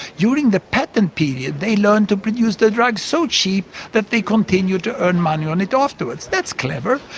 during the patent period they learnt to produce the drugs so cheap that they continue to earn money on it afterwards that's clever.